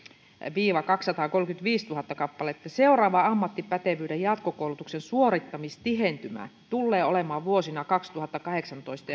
viiva kaksisataakolmekymmentäviisituhatta kappaletta seuraava ammattipätevyyden jatkokoulutuksen suorittamistihentymä tullee olemaan vuosina kaksituhattakahdeksantoista